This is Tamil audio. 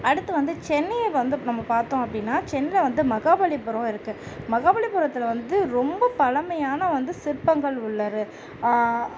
அடுத்து வந்து சென்னையை வந்து நம்ம பார்த்தோம் அப்படின்னா சென்னையில் வந்து மகாபலிபுரம் இருக்குது மகாபலிபுரத்தில் வந்து ரொம்ப பழமையான வந்து சிற்பங்கள் உள்ளன